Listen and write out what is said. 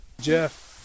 Jeff